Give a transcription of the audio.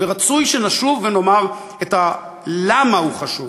ורצוי שנשוב ונאמר את ה"למה הוא חשוב".